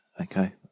Okay